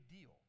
deal